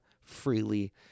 freely